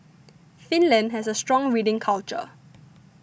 finland has a strong reading culture